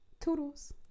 toodles